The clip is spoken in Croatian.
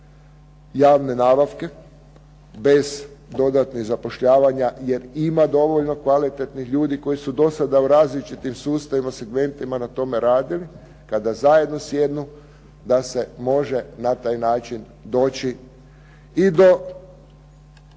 javne nabavke, bez dodatnih zapošljavanja jer ima dovoljno kvalitetnih ljudi koji su u različitim sustavima, segmentima na tome radili, kada zajedno sjednu da se može na taj način doći i do